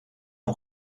nog